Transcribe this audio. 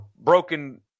broken –